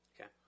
Okay